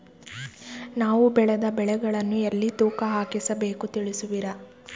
ನಾವು ಬೆಳೆದ ಬೆಳೆಗಳನ್ನು ಎಲ್ಲಿ ತೂಕ ಹಾಕಿಸ ಬೇಕು ತಿಳಿಸುವಿರಾ?